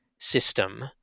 System